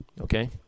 okay